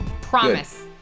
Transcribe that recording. Promise